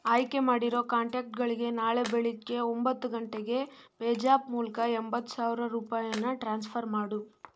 ಆಯ್ಕೆ ಮಾಡಿರೋ ಕಾಂಟ್ಯಾಕ್ಟ್ಗಳಿಗೆ ನಾಳೆ ಬೆಳಗ್ಗೆ ಒಂಬತ್ತು ಗಂಟೆಗೆ ಪೇಜ್ಯಾಪ್ ಮೂಲಕ ಎಂಬತ್ತು ಸಾವಿರ ರೂಪಾಯಿಯನ್ನ ಟ್ರಾನ್ಸ್ಫರ್ ಮಾಡು